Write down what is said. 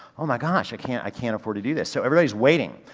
oh my gosh, i can't, i can't afford to do this. so everybody's waiting.